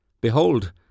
Behold